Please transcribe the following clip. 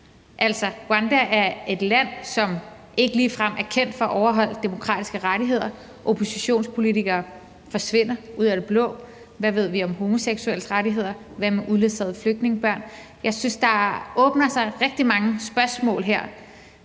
Altså, Rwanda er et land, som ikke ligefrem er kendt for at overholde demokratiske rettigheder. Oppositionspolitikere forsvinder op i den blå luft. Hvad ved vi om homoseksuelles rettigheder, og hvad med uledsagede flygtningebørn? Jeg synes, der åbner sig rigtig mange spørgsmål her,